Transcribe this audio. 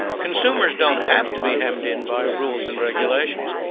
consumers don't have to be hemmed in by rules and regulations.